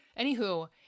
Anywho